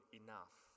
enough